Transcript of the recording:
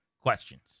questions